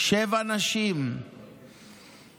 שבע נשים ועוד